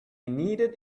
needed